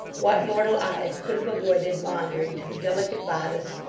what mortal eyes could have avoided wandering to the delicate bodice,